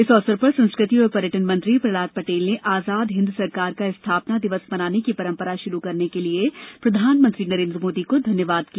इस अवसर पर संस्कृति और पर्यटन मंत्री प्रह्लाद पटेल ने आजाद हिंद सरकार का स्थापना दिवस मनाने की परम्परा शुरू करने के लिए प्रधानमंत्री नरेन्द्र मोदी को धन्यवाद दिया